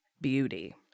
beauty